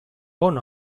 bon